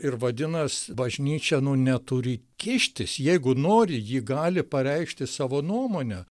ir vadinas bažnyčia nu neturi kištis jeigu nori ji gali pareikšti savo nuomonę